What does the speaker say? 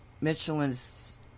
Michelin's